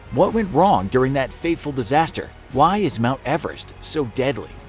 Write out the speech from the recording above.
what went wrong during that fateful disaster? why is mount everest so deadly?